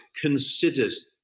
considers